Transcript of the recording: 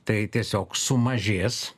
tai tiesiog sumažės